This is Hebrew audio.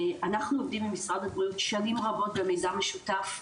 אנחנו עובדים עם משרד הבריאות שנים רבות במיזם משותף,